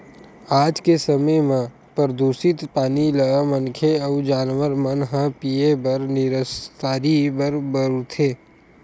आज के समे म परदूसित पानी ल मनखे अउ जानवर मन ह पीए बर, निस्तारी बर बउरथे